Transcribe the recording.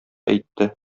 әйтте